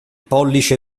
pollice